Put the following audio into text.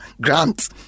Grant